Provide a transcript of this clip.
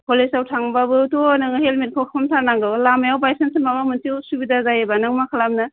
कलेजाव थांबाबोथ' नोङो हेलमेटखौ हमथारनांगौ लामायाव बायसान्सनि माबा मोनसे उसुबिदा जायोबा नों मा खालामनो